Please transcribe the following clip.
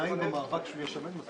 הישיבה ננעלה